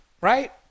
right